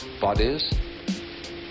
bodies